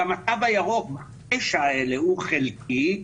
גם התו הירוק בתשע האלה הוא חלקי,